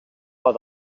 por